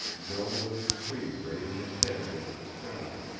no living tree raised its head against the sky,